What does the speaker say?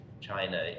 China